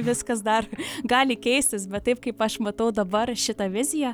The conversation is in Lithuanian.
viskas dar gali keistis bet taip kaip aš matau dabar šitą viziją